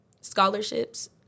scholarships